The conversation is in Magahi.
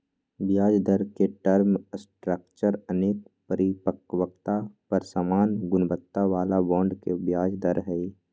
ब्याजदर के टर्म स्ट्रक्चर अनेक परिपक्वता पर समान गुणवत्ता बला बॉन्ड के ब्याज दर हइ